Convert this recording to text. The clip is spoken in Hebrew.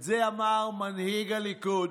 את זה אמר מנהיג הליכוד,